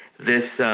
this